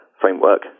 framework